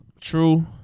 True